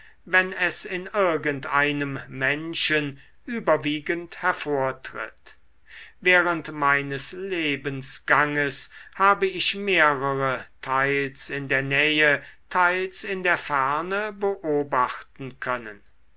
wenn es in irgend einem menschen überwiegend hervortritt während meines lebensganges habe ich mehrere teils in der nähe teils in der ferne beobachten können